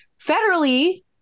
Federally